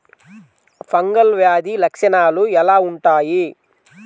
Fungal వ్యాధి లక్షనాలు ఎలా వుంటాయి?